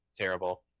terrible